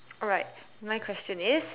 alright my question is